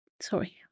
sorry